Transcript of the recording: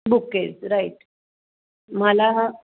bouquets right मला